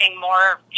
more